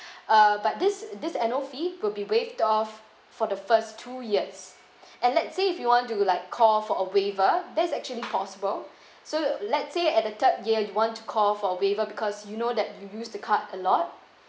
uh but this this annual fee will be waived off for the first two years and let's says if you want to like call for a waiver that's actually possible so let's say at the third year you want to call for a waiver because you know that you use the card a lot